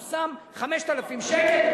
הוא שם 5,000 שקל,